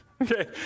Okay